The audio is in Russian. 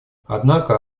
однако